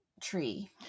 tree